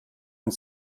und